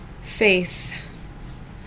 Faith